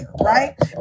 Right